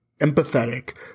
Empathetic